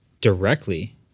directly